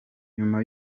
nyuma